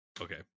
Okay